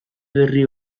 berri